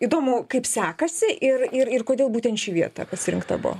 įdomu kaip sekasi ir ir ir kodėl būtent ši vieta pasirinkta buvo